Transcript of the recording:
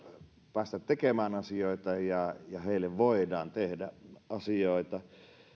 päästä tekemään asioita ja heille voidaan tehdä asioita